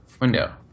window